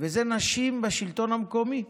וזה נשים בשלטון המקומי.